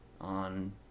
on